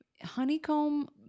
honeycomb